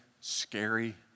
scary